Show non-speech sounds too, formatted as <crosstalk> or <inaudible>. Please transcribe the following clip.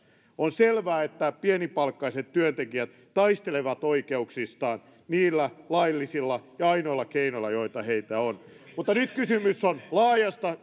on selvää että pienipalkkaiset työntekijät taistelevat oikeuksistaan niillä laillisilla ja ainoilla keinoilla joita heillä on mutta nyt kysymys on laajasta <unintelligible>